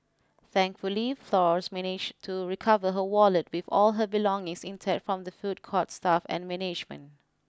thankfully Flores managed to recover her wallet with all her belongings intact from the food court's staff and management